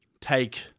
take